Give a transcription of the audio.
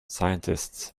scientists